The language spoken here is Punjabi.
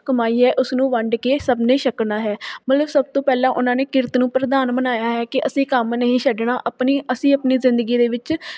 ਕਮਾਈ ਹੈ ਉਸ ਨੂੰ ਵੰਡ ਕੇ ਸਭ ਨੇ ਛਕਣਾ ਹੈ ਮਤਲਬ ਸਭ ਤੋਂ ਪਹਿਲਾਂ ਉਹਨਾਂ ਨੇ ਕਿਰਤ ਨੂੰ ਪ੍ਰਧਾਨ ਬਣਾਇਆ ਹੈ ਕਿ ਅਸੀਂ ਕੰਮ ਨਹੀਂ ਛੱਡਣਾ ਆਪਣੀ ਅਸੀਂ ਆਪਣੀ ਜ਼ਿੰਦਗੀ ਦੇ ਵਿੱਚ